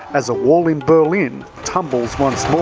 as a wall in berlin tumbles once more.